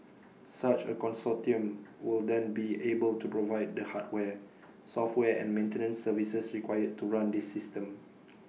such A consortium will then be able to provide the hardware software and maintenance services required to run this system